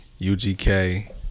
ugk